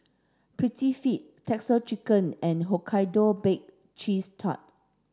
Prettyfit Texas Chicken and Hokkaido Baked Cheese Tart